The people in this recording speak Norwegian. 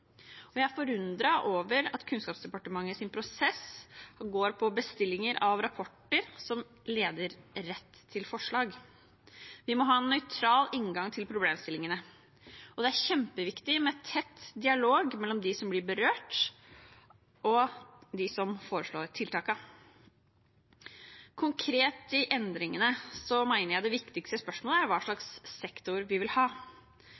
og klatting. Jeg er forundret over at Kunnskapsdepartementets prosess går på bestilling av rapporter som leder rett til forslag. Vi må ha en nøytral inngang til problemstillingene. Og det er kjempeviktig med tett dialog mellom de som blir berørt, og de som foreslår tiltakene. Konkret til endringene: Jeg mener det viktigste spørsmålet er hva slags sektor vi vil ha.